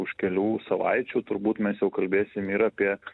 už kelių savaičių turbūt mes jau kalbėsim ir apie